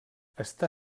està